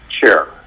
chair